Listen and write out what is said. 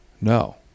no